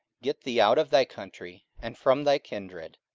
get thee out of thy country, and from thy kindred,